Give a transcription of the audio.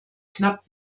knapp